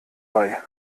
bei